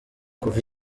kuva